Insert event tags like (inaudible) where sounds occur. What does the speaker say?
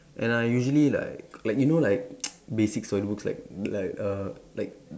and I usually like like you know like (noise) basic story books like (noise) like err like